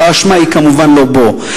האשמה כמובן לא בו,